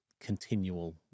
continual